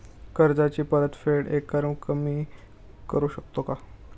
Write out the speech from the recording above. कर्जाची परतफेड एकरकमी करू शकतो का?